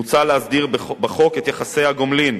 מוצע להסדיר בחוק את יחסי הגומלין